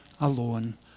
alone